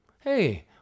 hey